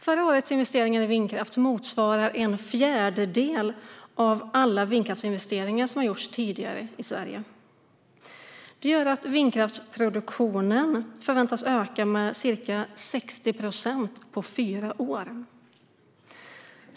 Förra årets investeringar i vindkraft motsvarar en fjärdedel av alla vindkraftsinvesteringar som tidigare har gjorts i Sverige. Det gör att vindkraftsproduktionen förväntas öka med ca 60 procent på fyra år.